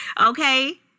Okay